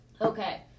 Okay